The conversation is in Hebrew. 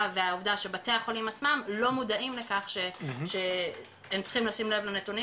והעובדה שבתי החולים עצמם לא מודעים לכך הם צריכים לשים לב לנתונים